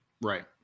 Right